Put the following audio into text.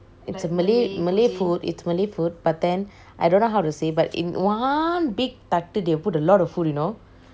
it's a malay malay food it's malay food but then I don't know how to say but in one big தட்டு:tattu they will put a lot of food you know